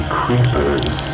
creepers